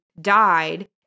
died